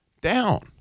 down